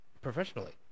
professionally